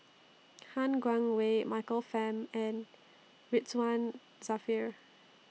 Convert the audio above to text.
Han Guangwei Michael Fam and Ridzwan Dzafir